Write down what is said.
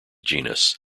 genus